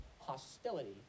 hostility